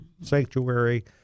sanctuary